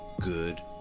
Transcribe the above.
good